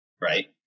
right